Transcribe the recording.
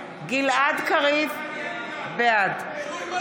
כן, הוא הרג את השולמנים.